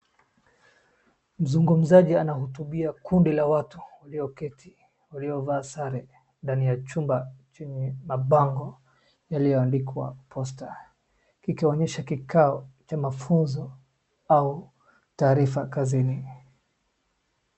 Mzungumzaji anahutubia kundi la watu walio keti, walio vaa sare ndani ya chumba chenye mabango yaliyo andikwa poster , kikionyesha kikao chenye mafunzo au taarifa kazini.